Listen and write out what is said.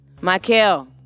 Michael